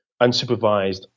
unsupervised